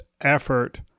effort